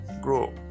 grow